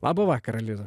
labą vakarą liza